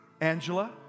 Angela